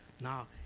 Now